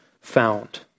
found